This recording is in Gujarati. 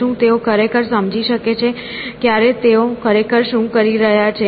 શું તેઓ ખરેખર સમજી શકે છે ક્યારે તેઓ ખરેખર શું કરી રહ્યાં છે